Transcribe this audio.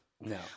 No